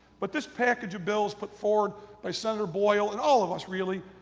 but this package of bills put forward by senator boyle and all of us really,